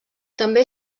també